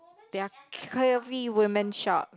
they are curvy woman shop